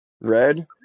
Red